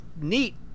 neat